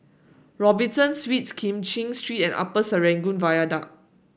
Robinson Suites Kim Cheng Street and Upper Serangoon Viaduct